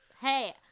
Hey